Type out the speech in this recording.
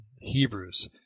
hebrews